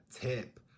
tip